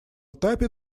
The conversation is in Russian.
этапе